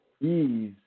ease